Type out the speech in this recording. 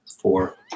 Four